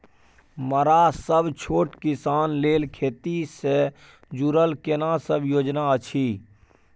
मरा सब छोट किसान लेल खेती से जुरल केना सब योजना अछि?